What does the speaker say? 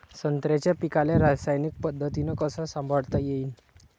संत्र्याच्या पीकाले रासायनिक पद्धतीनं कस संभाळता येईन?